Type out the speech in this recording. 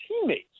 teammates